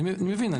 אני מבין.